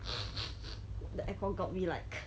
the aircon got me like